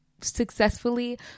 successfully